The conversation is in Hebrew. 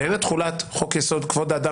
והן את תכולת חוק-יסוד: כבוד האדם